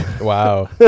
Wow